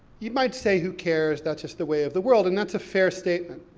you might say, who cares, that's just the way of the world, and that's a fair statement.